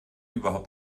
überhaupt